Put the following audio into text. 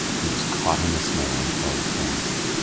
he was caught in the snare and held fast.